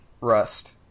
Rust